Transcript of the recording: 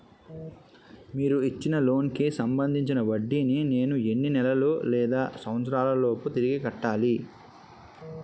మీరు ఇచ్చిన లోన్ కి సంబందించిన వడ్డీని నేను ఎన్ని నెలలు లేదా సంవత్సరాలలోపు తిరిగి కట్టాలి?